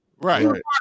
Right